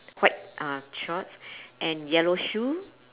white uh shorts and yellow shoe